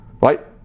right